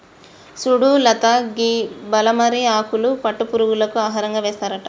సుడు లత గీ మలబరి ఆకులను పట్టు పురుగులకు ఆహారంగా ఏస్తారట